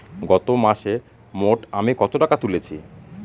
গত মাসে মোট আমি কত টাকা তুলেছি?